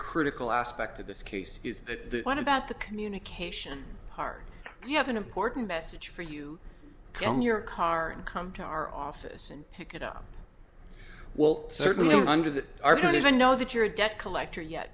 critical aspect of this case is that what about the communication part you have an important message for you can your car come to our office and pick it up well certainly under that are going to know that you're a debt collector yet